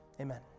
Amen